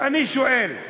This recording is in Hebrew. אני שואל: